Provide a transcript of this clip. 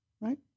right